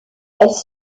elle